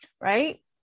Right